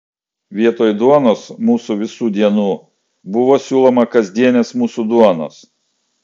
vietoj duonos mūsų visų dienų buvo siūloma kasdienės mūsų duonos